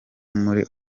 muri